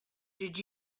did